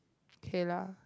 K lah